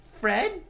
Fred